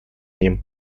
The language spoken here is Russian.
ним